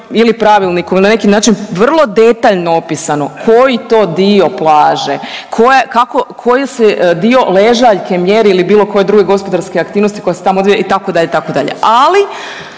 ili Pravilnik na neki način vrlo detaljno opisano koji to dio plaže, koji se dio ležaljke mjeri ili bilo koje druge gospodarske aktivnosti koja se tamo odvija itd. itd.